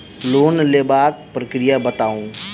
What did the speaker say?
Loan लेबाक प्रक्रिया बताऊ?